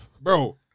bro